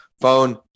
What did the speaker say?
phone